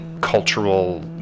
cultural